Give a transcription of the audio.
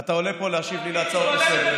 אתה עולה פה להשיב לי על הצעות לסדר-היום,